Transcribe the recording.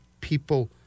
people